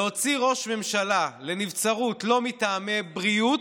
להוציא ראש ממשלה לנבצרות לא מטעמי בריאות,